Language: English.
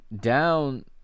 Down